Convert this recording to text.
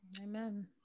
Amen